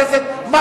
זה גם כן.